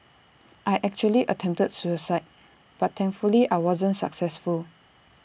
I actually attempted suicide but thankfully I wasn't successful